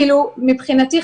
מבחינתי,